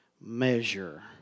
measure